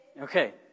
Okay